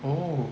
oh